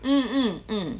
mm mm mm